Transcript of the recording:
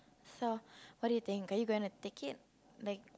so what do you think are you going to take it like